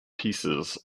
pieces